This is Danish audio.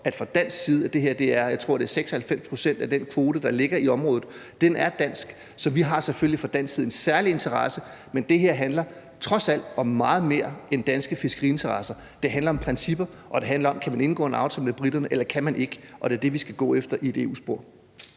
om fra dansk side, at 96 pct., tror jeg, af den kvote, der ligger i området, er dansk. Så vi har selvfølgelig fra dansk side en særlig interesse, men det her handler trods alt om meget mere end danske fiskeriinteresser. Det handler om principper, og det handler om, om man kan indgå en aftale med briterne eller ikke kan – og det er det, vi skal gå efter i et EU-spor.